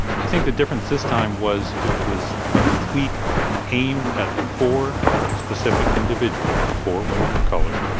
i think the difference this time was it was a tweet aimed at four specific individuals, four women of color,